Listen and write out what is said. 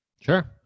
Sure